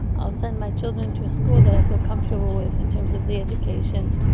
i'll send my children to a school that i feel comfortable with in terms of the education,